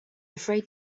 afraid